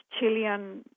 Chilean